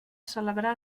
celebrar